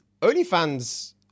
OnlyFans